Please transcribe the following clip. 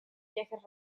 viajes